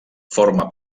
forma